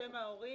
בשם ההורים.